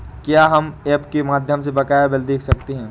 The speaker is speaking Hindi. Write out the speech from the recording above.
क्या हम ऐप के माध्यम से बकाया बिल देख सकते हैं?